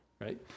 right